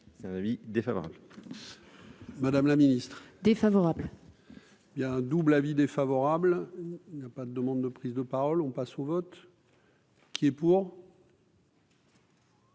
c'est un avis défavorable. Madame la Ministre défavorable. Il y a un double avis défavorable, il n'y a pas de demande de prise de parole, on passe au vote. Qui est pour.